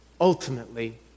ultimately